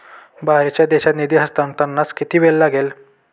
बाहेरच्या देशात निधी हस्तांतरणास किती वेळ लागेल?